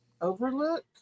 Overlook